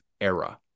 era